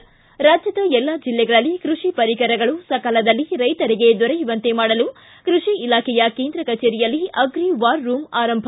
ಿ ರಾಜ್ಯದ ಎಲ್ಲಾ ಜಿಲ್ಲೆಗಳಲ್ಲಿ ಕೈಷಿ ಪರಿಕರಗಳು ಸಕಾಲದಲ್ಲಿ ರೈತರಿಗೆ ದೊರೆಯುವಂತೆ ಮಾಡಲು ಕೈಷಿ ಇಲಾಖೆಯ ಕೇಂದ್ರ ಕಚೇರಿಯಲ್ಲಿ ಅಗ್ರಿ ವಾರ್ ರೂಮ್ ಆರಂಭ